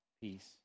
peace